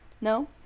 No